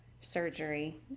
surgery